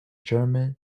german